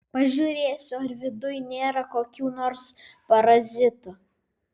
pažiūrėsiu ar viduj nėra kokių nors parazitų